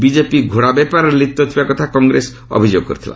BJP ଘୋଡାବେପାରରେ ଲିପ୍ତ ଥିବା କଥା କଂଗ୍ରେସ ଅଭିଯୋଗ କରିଥିଲା